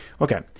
Okay